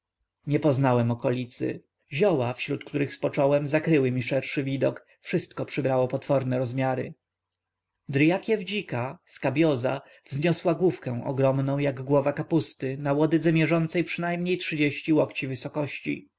nie poznałem okolicy zioła wśród których spocząłem zakryły mi szerszy widok wszystko przybrało potworne rozmiary dryakiew dzika scabiosa wzniosła główkę ogromną jak głowa kapusty na łodydze mierzącej przynajmniej trzydzieści łokci wysokości